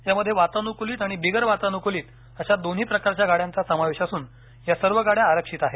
यामध्ये वातानुकूलित आणि बिगर वातानुकूलित अशा दोन्ही प्रकारच्या गाडयांचा समावेश असून या सर्व गाड्या आरक्षित आहेत